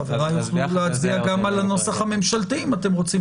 חבריי יוכלו להצביע גם על הנוסח הממשלתי אם אתם רוצים